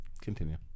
Continue